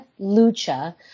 Lucha